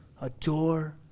adore